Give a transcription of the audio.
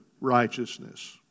Righteousness